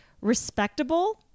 respectable